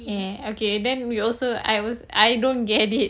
!yay! okay then we also I also I don't get it I was I don't get it